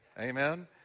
Amen